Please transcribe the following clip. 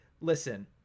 Listen